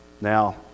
Now